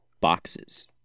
boxes